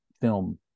film